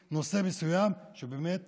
נושא מסוים שבאמת